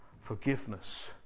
forgiveness